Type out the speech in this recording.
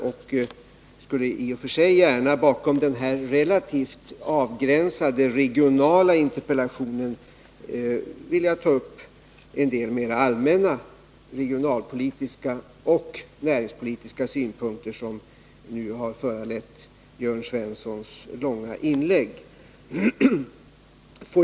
Och jag skulle i och för sig gärna, vid sidan av denna relativt avgränsade regionala interpellation, vilja ta upp en del mera allmänna regionalpolitiska och näringspolitiska synpunkter, som nu har föranlett Jörn Svenssons långa inlägg.